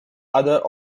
other